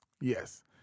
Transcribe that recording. Yes